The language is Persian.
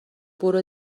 برو